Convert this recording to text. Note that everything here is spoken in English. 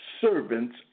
servants